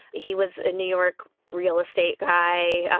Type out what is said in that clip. he was a new york real estate guy.